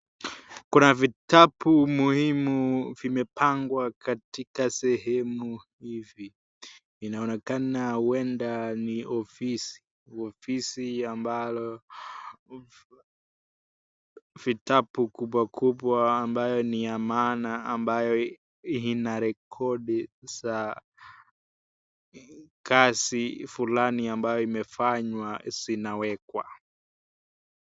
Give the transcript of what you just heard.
Kuna vitabu muhimu vimepangwa katika sehemu hii ,inaonekana huenda ni ofisi ambalo vitabu kubwa kubwa ambayo ni ya maana ambayo inarevodi za kazi fulani ambayo imefanywa zinawekwa.